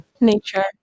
Nature